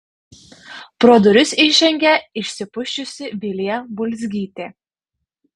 pro duris įžengė išsipusčiusi vilija bulzgytė